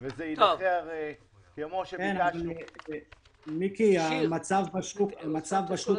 (2)בחוק מס ערך מוסף, התשל"ו 1975‏: